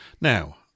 Now